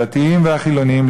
הדתיים והחילונים,